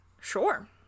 Sure